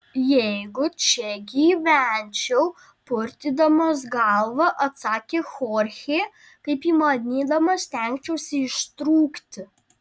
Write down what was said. jeigu čia gyvenčiau purtydamas galvą atsakė chorchė kaip įmanydamas stengčiausi ištrūkti